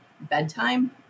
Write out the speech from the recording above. bedtime